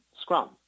Scrum